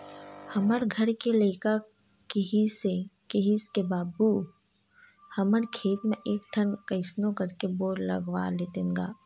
हमर घर के लइका किहिस के बाबू हमर खेत म एक ठन कइसनो करके बोर करवा लेतेन गा